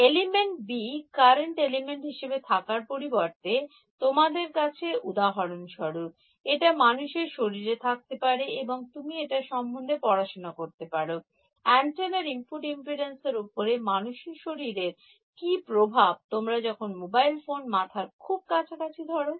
element B current element হিসেবে থাকার পরিবর্তে তোমাদের কাছে উদাহরণ স্বরূপ একটা মানুষের শরীর থাকতে পারে এবং তুমি এটা সম্বন্ধে পড়াশোনা করতে পারো এন্টেনার ইনপুট ইম্পিডেন্স এর ওপরে মানুষের শরীরের কী প্রভাব তোমরা যখন মোবাইল ফোন মাথার খুব কাছাকাছি ধরো